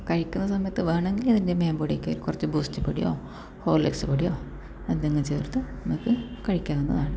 കഴിക്കുന്ന സമയത്ത് വേണമെങ്കിൽ ഇതിൻ്റെ മേൽപ്പോട്ടേക് കുറച്ച് ബൂസ്റ്റ് പൊടിയോ ഹോർലിക്സ് പൊടിയോ എന്തെങ്കിലും ചേർത്ത് നമുക്ക് കഴിക്കാവുന്നതാണ്